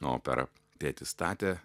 opera tėtis statė